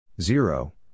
Zero